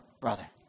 brother